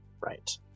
Right